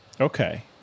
Okay